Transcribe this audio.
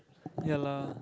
ya lah